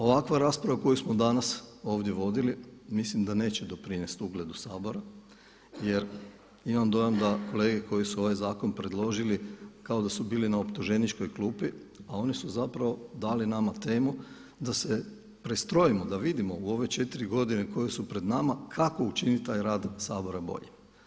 Ovakva rasprava koju smo danas ovdje vodili mislim da neće doprinest ugledu Sabora, jer imam dojam da kolege koji su ovaj zakon predložili kao da su bili na optuženičkoj klupi, a oni su zapravo dali nama temu da se prestrojimo, da vidimo u ove četiri godine koje su pred nama kako učiniti taj rad Sabora boljim.